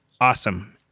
Awesome